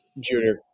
junior